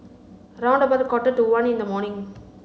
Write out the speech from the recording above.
round about a quarter to one in the morning